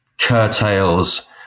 curtails